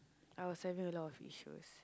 I was having a lot of issues